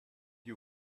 you